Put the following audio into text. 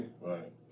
Right